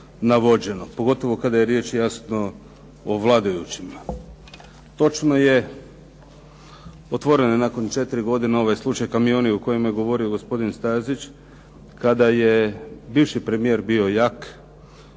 navođeno. Pogotovo kada je riječ jasno o vladajućima. Točno je, otvoren je nakon 4 godine ovaj slučaj kamioni o kojima je govorio gospodin Stazić, kada je bivši premijer bio jak,